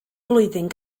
flwyddyn